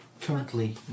currently